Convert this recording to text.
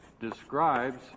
describes